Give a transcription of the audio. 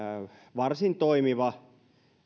varsin toimiva